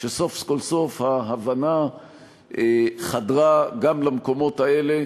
שסוף כל סוף ההבנה חדרה גם למקומות האלה,